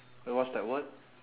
wait what's that word